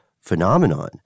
phenomenon